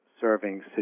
serving